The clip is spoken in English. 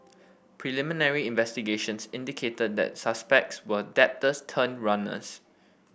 preliminary investigations indicated that the suspects were debtors turned runners